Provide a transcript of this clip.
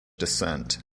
descent